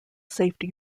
safety